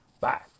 Bye